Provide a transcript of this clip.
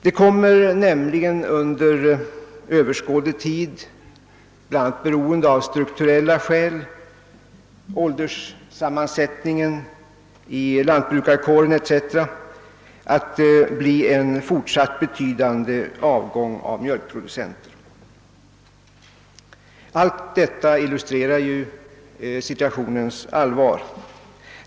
Det kommer nämligen under överskådlig tid — bl.a. av strukturella skäl, beroende på ålderssammansättningen i lantbrukarkåren etc. — att ske en fortsatt betydande avgång av mjölkproducenter. Allt detta illustrerar lägets allvar.